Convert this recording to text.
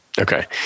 okay